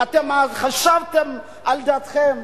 אתם העליתם על דעתכם?